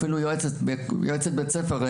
אפילו יועצת בית הספר,